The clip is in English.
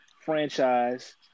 franchise